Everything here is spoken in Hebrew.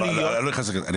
אני לא נכנס לכם.